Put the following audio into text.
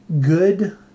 good